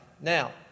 Now